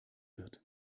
wird